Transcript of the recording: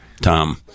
Tom